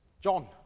John